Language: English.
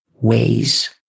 ways